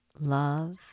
love